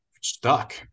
stuck